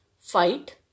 fight